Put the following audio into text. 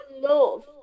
love